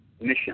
mission